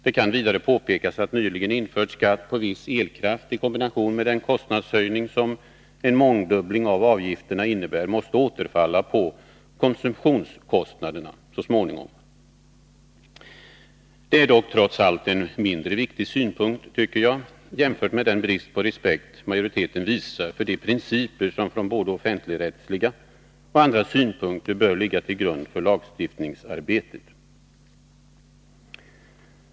Det kan vidare påpekas att nyligen införd skatt på viss elkraft i kombination med den kostnadshöjning som en mångdubbling av avgifterna innebär så småningom måste återfalla på konsumtionskostnaderna. Det är dock trots allt en mindre viktig synpunkt jämfört med den brist på respekt majoriteten visar för de principer som från både offentligrättsliga och andra synpunkter bör ligga till grund för lagstiftningsarbetet.